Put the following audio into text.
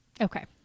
Okay